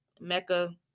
Mecca